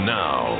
now